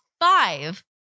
five